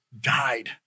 died